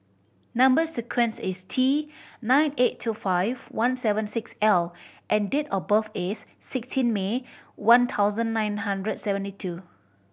number sequence is T nine eight two five one seven six L and date of birth is sixteen May one thousand nine hundred seventy two